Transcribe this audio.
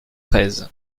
treize